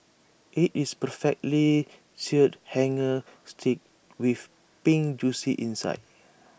IT is perfectly Seared Hanger Steak with pink Juicy insides